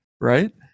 right